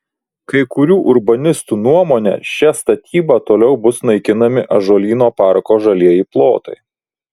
kai kurių urbanistų nuomone šia statyba toliau bus naikinami ąžuolyno parko žalieji plotai